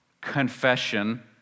confession